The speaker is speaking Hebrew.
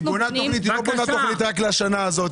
כשהיא בונה תוכנית זה לא רק לשנה הזו.